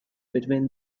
between